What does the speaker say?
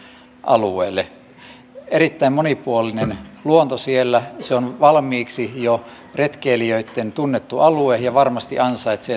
siellä on erittäin monipuolinen luonto se on valmiiksi jo retkeilijöitten tuntema alue ja varmasti ansaitsee tämän kansallispuistostatuksen